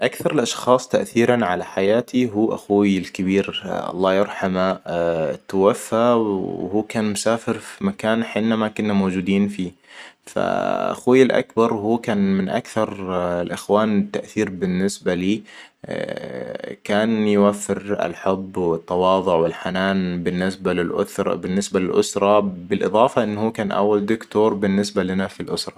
أكثر الأشخاص تأثيراً على حياتي هو اخوي الكبير الله يرحمه توفى وهو كان مسافر في مكان حنا ما كنا موجودين فاخوي الأكبر وهو كان من أكثر الإخوان تأثير بالنسبة لي كان يوفر الحب والتواضع والحنان بالنسبة للأسرة -بالنسبة للأسرة بالإضافة إنه هو كان أول دكتور بالنسبة لنا في الاسرة.